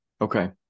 Okay